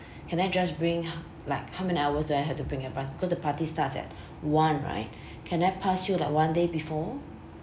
can I just bring like how many hours do I had to bring advance because the party starts at one right can I pass you like one day before